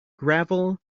gravel